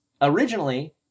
originally